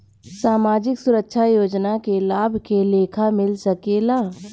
सामाजिक सुरक्षा योजना के लाभ के लेखा मिल सके ला?